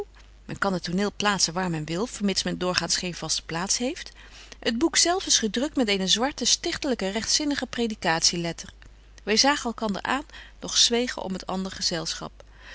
men kan het toneel plaatsen waar men wil vermits men doorgaans geen vaste plaats heeft het boek zelf is gedrukt met eenen zwarten stichtelyken regtzinnigen predikatie letter wy zagen elkander aan doch zwegen om het ander gezelschap